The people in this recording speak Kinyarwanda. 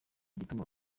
igituma